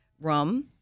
rum